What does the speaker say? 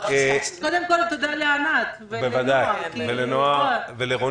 תודה לענת ולנועה ולכל